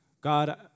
God